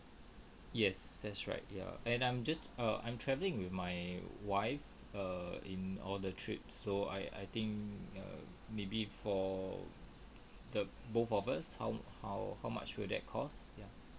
yes that's right ya and I'm just err I'm travelling with my wife err in all the trips so I I think um maybe for the both of us how how how much would that cost ya